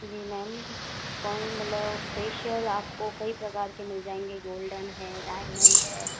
जी ma'am कोनब्लो facial आपको कई प्रकार के मिल जाएंगे गोल्डन है डायमंड है